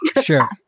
Sure